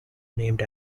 named